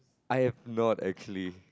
I am not actually